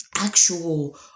actual